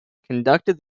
conducted